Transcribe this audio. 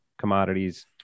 commodities